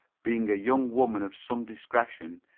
being a young woman of some discretion,